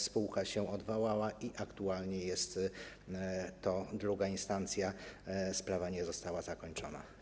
Spółka się odwołała i aktualnie jest to w II instancji, sprawa nie została zakończona.